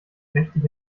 mächtig